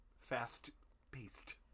Fast-paced